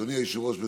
אדוני היושב-ראש,